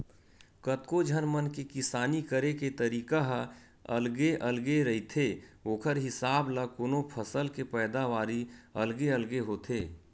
कतको झन मन के किसानी करे के तरीका ह अलगे अलगे रहिथे ओखर हिसाब ल कोनो फसल के पैदावारी अलगे अलगे होथे